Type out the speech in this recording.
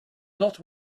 not